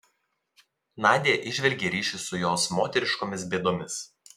nadia įžvelgė ryšį su jos moteriškomis bėdomis